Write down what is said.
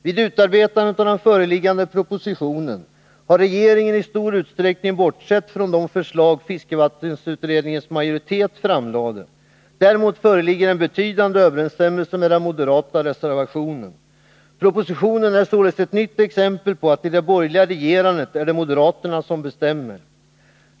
Vid utarbetandet av den föreliggande propositionen har regeringen i stor utsträckning bortsett från de förslag fiskevattenutredningens majoritet framlade. Däremot föreligger en betydande överensstämmelse med den moderata reservationen. Propositionen är således ett nytt exempel på att det i den borgerliga regeringen är moderaterna som bestämmer.